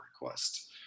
request